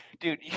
Dude